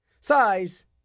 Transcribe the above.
Size